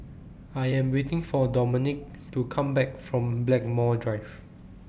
I Am waiting For Dominique to Come Back from Blackmore Drive